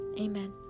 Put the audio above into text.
Amen